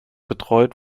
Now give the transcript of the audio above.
betreut